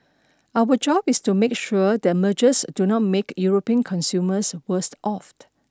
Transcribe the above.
our job is to make sure that mergers do not make European consumers worse